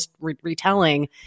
retelling